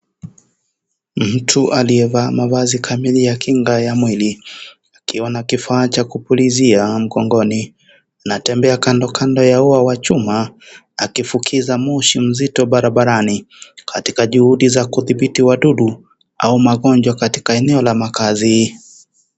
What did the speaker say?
Mtu aliye vaa mavazi kamili ya kinga ya mwili akiwa na kifaa cha kupulizia mkongoni. Anatembea kando kando ya hawa machuma akifukiza moshi mzito barabarani. Katika juhudi za kudhiniti wadudu. Au magonjwa katika eno la makazi.